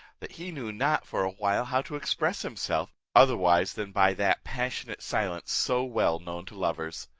that he knew not for a while how to express himself, otherwise than by that passionate silence so well known to lovers.